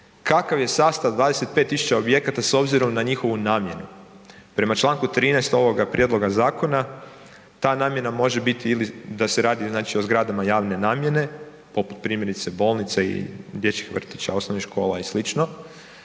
kakav je sastav 25 tisuća objekata s obzirom na njihovu namjenu. Prema čl. 13. ovoga prijedloga zakona, ta namjena može biti ili da se radi o znači zgradama javne namjene, poput primjerice, bolnice i dječjih vrtića, osnovnih škola i sl.,